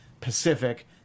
Pacific